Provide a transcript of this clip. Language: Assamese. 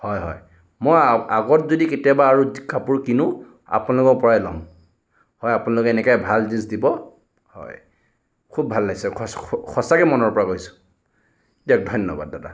হয় হয় মই আ আগত যদি কেতিয়াবা আৰু কাপোৰ কিনোঁ আপোনালোকৰ পৰাই ল'ম হয় আপোনালোকে এনেকৈ ভাল জিনচ দিব হয় খুব ভাল লাগিছে সঁচাকৈ মনৰ পৰা কৈছোঁ দিয়ক ধন্যবাদ দাদা